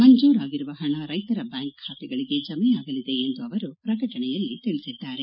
ಮಂಜೂರಾಗಿರುವ ಹಣ ರೈತರ ಬ್ಲಾಂಕ್ ಬಾತೆಗಳಿಗೆ ಜಮೆಯಾಗಲಿದೆ ಎಂದು ಅವರು ಪ್ರಕಟಣೆಯಲ್ಲಿ ತಿಳಿಸಿದ್ದಾರೆ